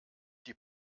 die